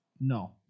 No